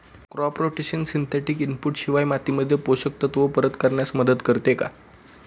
Crop rotation synthetic input शिवाय मातीमध्ये पोषक तत्त्व परत करण्यास मदत करते का?